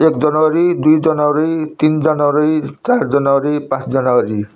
एक जनवरी दुई जनवरी तिन जनवरी चार जनवरी पाँच जनवरी